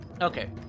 Okay